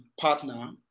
partner